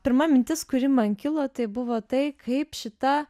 pirma mintis kuri man kilo tai buvo tai kaip šita